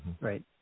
Right